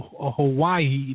Hawaii